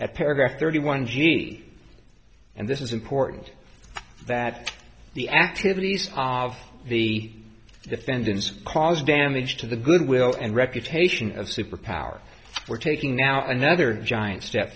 at paragraph thirty one g and this is important that the activities of the defendants cause damage to the goodwill and reputation of superpowered we're taking now another giant step